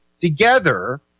together